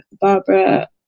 barbara